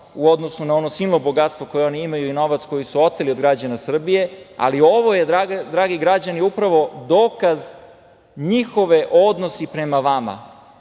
u odnosu na ono silno bogatstvo koje oni imaju i novac koji su oteli od građana Srbije, ali ovo je, dragi građani upravo, dokaz njihovog odnosa prema vama,